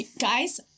guys